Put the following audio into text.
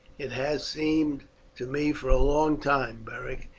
it has seemed to me for a long time, beric,